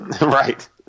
Right